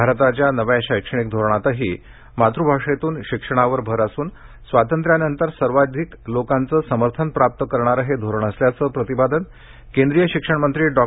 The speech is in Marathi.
भारताच्या नव्या शैक्षणिक धोरणातही मातृभाषेतून शिक्षणावर भर असून स्वातंत्र्यनंतर सर्वात जास्त लोकांचे समर्थन प्राप्त करणारे हे धोरण असल्याचं प्रतिपादन केंद्रीय शिक्षणमंत्री डॉ